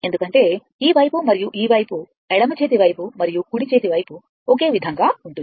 ఎందుకంటే ఈ వైపు మరియు ఈ వైపు ఎడమ చేతి వైపు మరియు కుడి చేతి వైపు ఒకే విధంగా ఉంటుంది